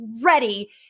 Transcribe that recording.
ready